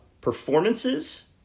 performances